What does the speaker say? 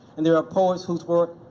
and there are poets whose work,